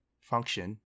function